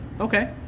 Okay